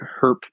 herp